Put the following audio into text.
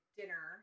dinner